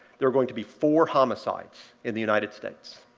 there are going to be four homicides in the united states.